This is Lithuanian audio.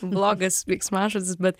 blogas veiksmažodis bet